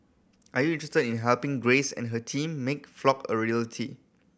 are you interested in helping Grace and her team make Flock a reality